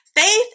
Faith